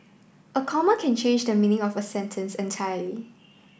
a comma can change the meaning of sentence entirely